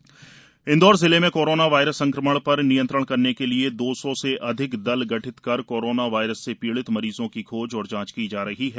दल गठन इंदौर जिले में कोरोना वायरस संक्रमण पर नियंत्रण करने के लिए दो सौ से अधिक दल गठित कर कोरोना वायरस से पीड़ित मरीजों की खोज और जाँच की जा रही है